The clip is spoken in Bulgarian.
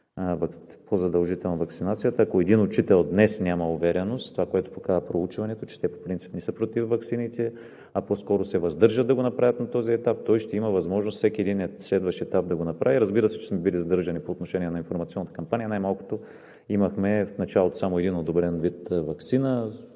задължителна ваксинацията. Ако един учител днес няма увереност – това, което показва проучването, е, че по принцип те не са против ваксините, а по скоро се въздържат да го направят на този етап – той ще има възможност да го направи на всеки следващ етап. Разбира се, че сме били сдържани по отношение на информационната кампания, най-малкото защото в началото имахме само един одобрен вид ваксина.